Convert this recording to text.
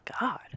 god